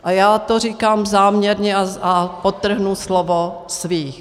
A já to říkám záměrně a podtrhnu slovo svých.